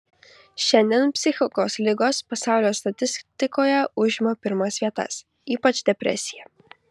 šiandien psichikos ligos pasaulio statistikoje užima pirmas vietas ypač depresija